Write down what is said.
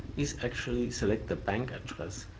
these actually select the bank address,